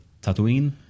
Tatooine